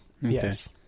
yes